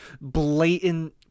blatant